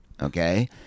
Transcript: Okay